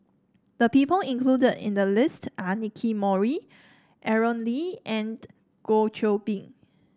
the people included in the list are Nicky Moey Aaron Lee and Goh Qiu Bin